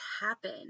happen